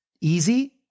easy